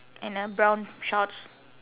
and a brown shorts